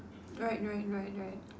right right right right